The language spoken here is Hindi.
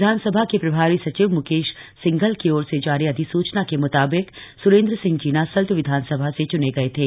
विधानसभा के प्रभारी सचिव मुकेश सिंघल की ओर से जारी अधिसूचना के मुताबिक सुरेंद्र सिंह जीना सल्ट विधानसभा से चुने गए थे